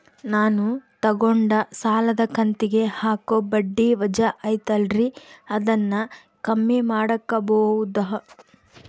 ನಾನು ತಗೊಂಡ ಸಾಲದ ಕಂತಿಗೆ ಹಾಕೋ ಬಡ್ಡಿ ವಜಾ ಐತಲ್ರಿ ಅದನ್ನ ಕಮ್ಮಿ ಮಾಡಕೋಬಹುದಾ?